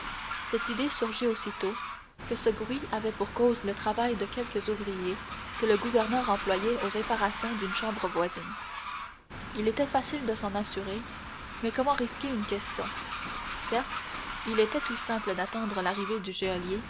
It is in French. cette idée surgit aussitôt que ce bruit avait pour cause le travail de quelques ouvriers que le gouverneur employait aux réparations d'une chambre voisine il était facile de s'en assurer mais comment risquer une question certes il était tout simple d'attendre l'arrivée du